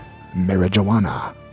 marijuana